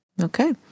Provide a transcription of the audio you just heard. Okay